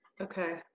Okay